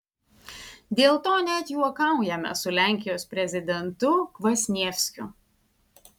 dėl to net juokaujame su lenkijos prezidentu kvasnievskiu